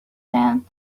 ten